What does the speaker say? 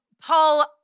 Paul